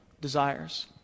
desires